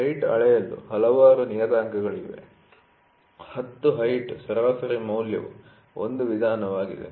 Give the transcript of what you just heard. height ಅಳೆಯಲು ಹಲವಾರು ನಿಯತಾಂಕಗಳಿವೆ 10 ಹೈಟ್ ಸರಾಸರಿ ಮೌಲ್ಯವು ಒಂದು ವಿಧಾನವಾಗಿದೆ